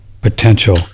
potential